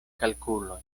kalkuloj